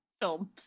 film